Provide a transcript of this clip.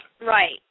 Right